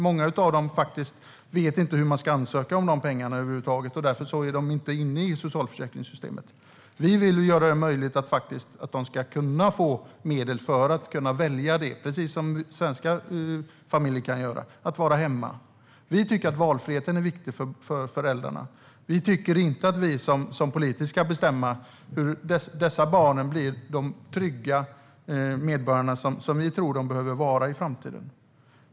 Många av dem vet faktiskt över huvud taget inte hur man ska ansöka om de pengarna, och därför är de inte inne i socialförsäkringssystemet. Vi vill göra det möjligt för dem att få medel för att kunna välja att vara hemma, precis som svenska familjer kan göra. Vi tycker att valfriheten är viktig för föräldrarna. Vi tycker inte att vi som politiker ska bestämma hur dessa barn blir de trygga medborgare som vi tror att de behöver vara i framtiden.